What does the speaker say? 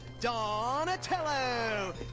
Donatello